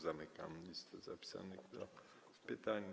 Zamykam listę zapisanych do pytań.